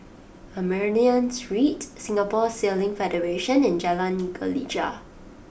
Armenian Street Singapore Sailing Federation and Jalan Gelegar